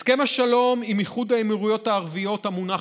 הסכם השלום עם איחוד האמירויות הערביות המונח